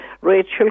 Rachel